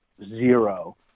zero